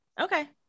okay